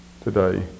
today